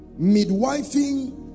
midwifing